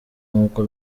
nkuko